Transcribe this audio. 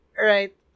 Right